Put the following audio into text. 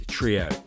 Trio